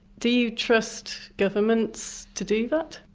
do you trust governments to do that?